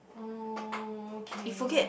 oh okay